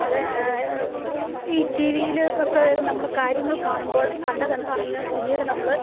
അത് ഈ ടി വിയിലൊക്കെ നമ്മള് കാര്യങ്ങൾ കാണുമ്പോൾ കണ്ടതെന്താണെന്ന് പിന്നീട് നമ്മള്